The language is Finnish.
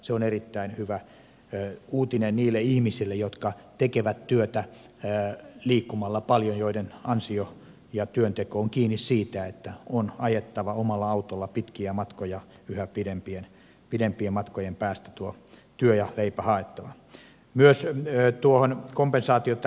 se on erittäin hyvä uutinen niille ihmisille jotka tekevät työtä liikkumalla paljon joiden ansio ja työnteko on kiinni siitä että on ajettava omalla autolla pitkiä matkoja yhä pidempien matkojen päästä työ ja leipä haettava